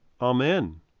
Amen